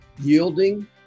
yielding